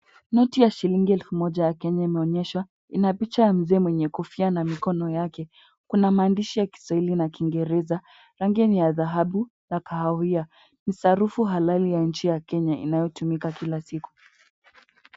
Noti ya shilingi 1000 ya Kenya inaonyesho ina picha ya mzee mwenye kofia na mkono yake, kuna maandishi ya Kiswahili na Kiingereza, rangi ni ya dhahabu na kahawia, ni sarufu halali ya nchi ya Kenya inayotumika kila siku.